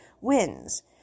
wins